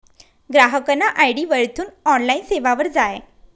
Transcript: ग्राहकना आय.डी वरथून ऑनलाईन सेवावर जाय